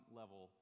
level